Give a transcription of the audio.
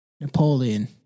Napoleon